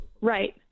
Right